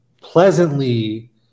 pleasantly